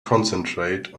concentrate